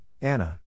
Anna